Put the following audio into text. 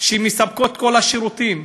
שמספקות כל השירותים.